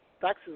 taxes